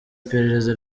iperereza